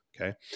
Okay